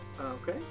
okay